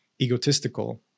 egotistical